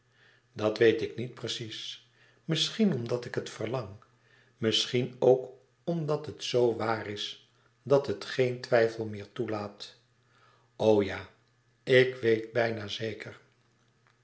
dat weet ik niet precies misschien omdat ik het verlang misschien ook omdat het z waar is dat het geen twijfel meer toelaat o ja ik weet bijna zeker